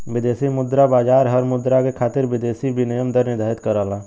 विदेशी मुद्रा बाजार हर मुद्रा के खातिर विदेशी विनिमय दर निर्धारित करला